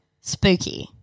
spooky